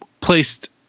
placed